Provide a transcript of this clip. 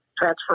transfer